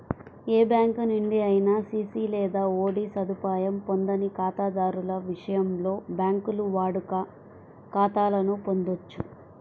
ఏ bank నుండి అయినా CC లేదా ఓడి సదుపాయం పొందని ఖాతాదారుల విషయంలో, బ్యాంకులు వాడుక ఖాతాలను పొందొచ్చు